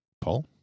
Paul